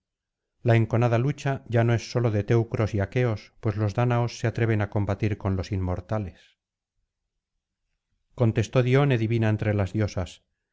la enconada lucha ya no es sólo de teucros y aqueos pues los dáñaos se atreven á combatir con los inmortales contestó dione divina entre las diosas